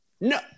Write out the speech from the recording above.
No